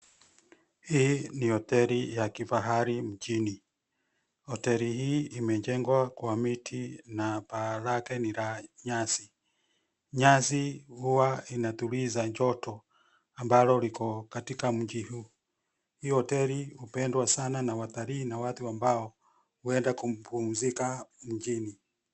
Hii ni hoteli ya kifahali mjini, hoteli hii imejengwa kwa miti na paa lake ni la nyasi. Nyasi huwa inatuliza joto ambalo, liko katika mji huu. Hii hoteli hupendwa sana na watalii na watu ambao hupenda kupumzika mjini.